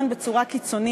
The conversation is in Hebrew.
אינו מאוזן בצורה קיצונית.